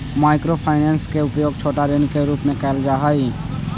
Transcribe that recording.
micro finance के उपयोग छोटा ऋण के रूप में कैल जा हई